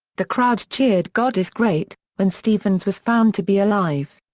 the crowd cheered god is great when stevens was found to be alive.